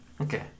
Okay